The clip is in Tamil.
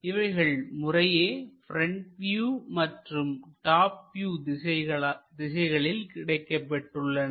இவைகள் முறையே ப்ரெண்ட் வியூ மற்றும் டாப் வியூ திசைகளில் கிடைக்கப்பெற்றுள்ளன